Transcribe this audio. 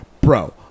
bro